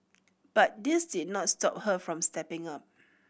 but this did not stop her from stepping up